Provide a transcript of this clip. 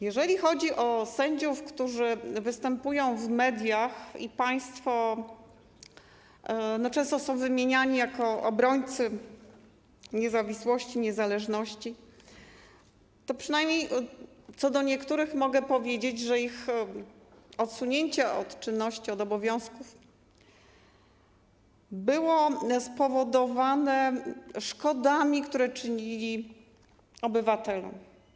Jeżeli chodzi o sędziów, którzy występują w mediach i często są wymieniani jako obrońcy niezawisłości, niezależności, to przynajmniej co do niektórych mogę powiedzieć, że ich odsunięcie od czynności, od obowiązków było spowodowane szkodami, które czynili obywatelom.